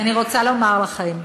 אני רוצה לומר לכם,